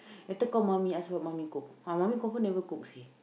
later kau mummy ask what mommy cook ah mommy confirm never cook seh